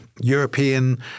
European